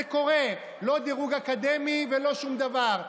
זה קורה, לא דירוג אקדמי ולא שום דבר.